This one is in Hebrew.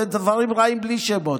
ודברים רעים בלי שמות.